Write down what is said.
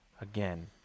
Again